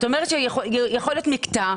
זאת אומרת שיכול להיות מקטע.